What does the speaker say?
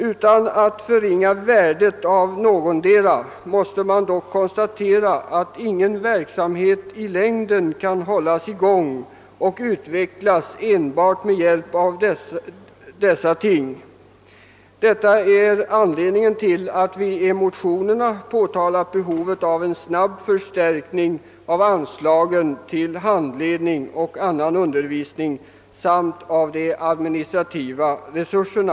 Utan att vilja förringa värdet av någotdera måste jag konstatera att ingen verksamhet i längden kan hållas i gång och utvecklas enbart med hjälp av dessa ting. Detta är anledningen till att vi i motionerna påtalat behovet av en snabb föstärkning av anslagen till handledning och annan undervisning samt av de administrativa resurserna.